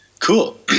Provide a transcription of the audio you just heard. Cool